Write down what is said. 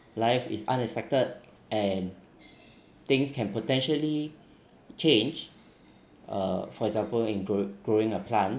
life is unexpected and things can potentially change uh for example in grow~ growing a plant